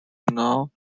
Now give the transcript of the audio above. now